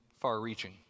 far-reaching